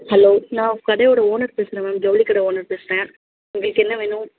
hello நான் கடையோடய owner பேசுகிறேன் மேம் ஜவுளி கடை ஓனர் பேசுகிறேன் உங்களுக்கு என்ன வேணும்